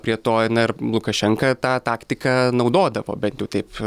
prie to ir na ir lukašenka tą taktiką naudodavo bent jau taip